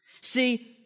See